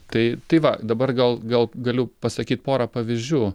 na tai tai va dabar gal gal galiu pasakyt porą pavyzdžių